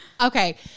okay